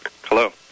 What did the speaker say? Hello